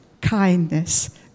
kindness